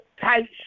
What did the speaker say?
tight